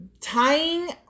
tying